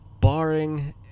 barring